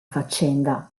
faccenda